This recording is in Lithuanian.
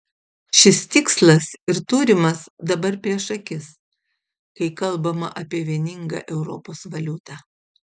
šis tikslas ir turimas dabar prieš akis kai kalbama apie vieningą europos valiutą